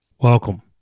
Welcome